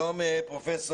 שלום פרופ',